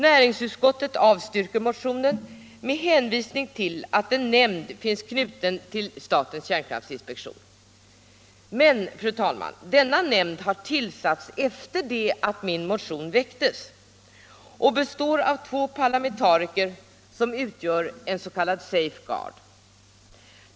Näringsutskottet avstyrker motionen med hänvisning till att en nämnd finns knuten till statens kärnkraftinspektion. Men, fru talman, denna nämnd har tillsatts efter det att min motion väcktes och består av två parlamentariker, som utgör vad som kan kallas en safe-guard.